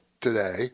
today